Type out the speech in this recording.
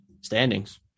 standings